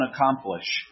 accomplish